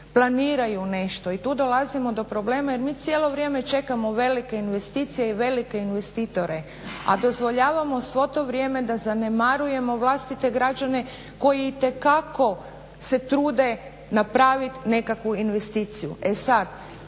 planiraju nešto i tu dolazimo do problema jer mi cijelo vrijeme čekamo velike investicije i velike investitore, a dozvoljavamo svo to vrijeme da zanemarujemo vlastite građane koji itekako se trude napravit nekakvu investiciju.